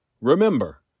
Remember